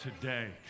today